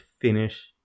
finish